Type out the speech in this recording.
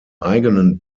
eigenen